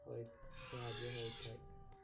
ହୋଇ ସାହାଯ୍ୟ ହୋଇଥାଏ